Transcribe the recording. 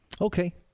Okay